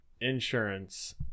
insurance